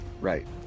Right